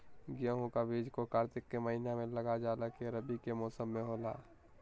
गेहूं का बीज को कार्तिक के महीना में लगा जाला जो रवि के मौसम में होला